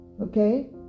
okay